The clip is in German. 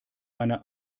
meine